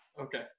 Okay